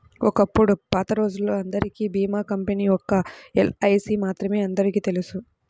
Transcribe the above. ఒకప్పుడు పాతరోజుల్లో అందరికీ భీమా కంపెనీ ఒక్క ఎల్ఐసీ మాత్రమే అందరికీ తెలుసు